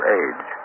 age